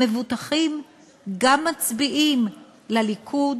המבוטחים מצביעים גם לליכוד